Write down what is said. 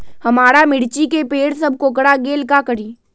हमारा मिर्ची के पेड़ सब कोकरा गेल का करी?